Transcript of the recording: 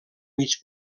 mig